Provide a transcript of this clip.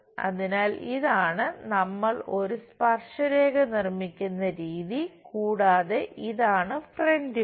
അതിനാൽ ഇതാണ് നമ്മൾ ഒരു സ്പർശരേഖ നിർമ്മിക്കുന്ന രീതി കൂടാതെ ഇതാണ് ഫ്രന്റ് വ്യൂ